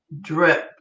drip